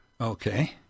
Okay